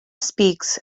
speaks